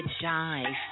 dive